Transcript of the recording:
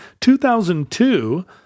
2002